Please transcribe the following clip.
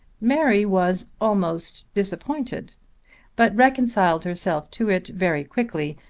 mary was almost disappointed but reconciled herself to it very quickly,